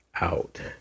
out